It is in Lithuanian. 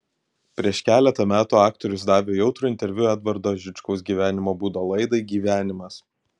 prieš keletą metų aktorius davė jautrų interviu edvardo žičkaus gyvenimo būdo laidai gyvenimas